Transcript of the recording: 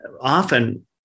Often